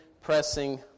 pressing